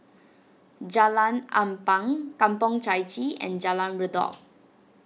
Jalan Ampang Kampong Chai Chee and Jalan Redop